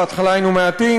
בהתחלה היינו מעטים,